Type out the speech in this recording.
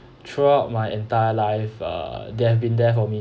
throughout my entire life uh they have been there for me